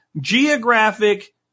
geographic